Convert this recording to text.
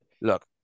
look